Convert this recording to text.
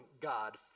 God